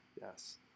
Yes